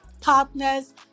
Partners